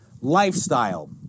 lifestyle